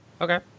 Okay